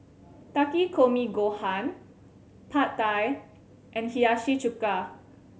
Takikomi Gohan Pad Thai and Hiyashi Chuka